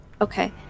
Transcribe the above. Okay